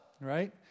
right